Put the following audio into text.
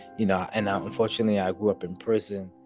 you know, and unfortunately, i grew up in prison.